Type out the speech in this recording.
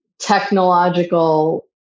technological